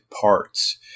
parts